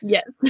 Yes